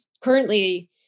currently